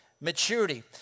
maturity